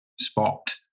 spot